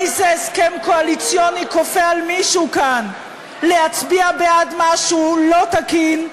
איזה הסכם קואליציוני כופה על מישהו כאן להצביע בעד משהו לא תקין,